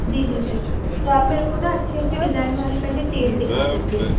जी जी जी तो आप मेरे को ना अच्छे अच्छे डिज़ाइन वाली पहले चेन दिखा दीजिए